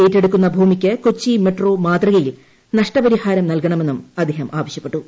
ഏറ്റെടുക്കുന്ന ഭൂമിക്ക് കൊച്ചി മെട്രോ മാതൃകയിൽ നഷ്ടപരിഹാരം നൽകണമെന്നും അദ്ദേഹം ആവശ്യപ്പെട്ടു